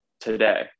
today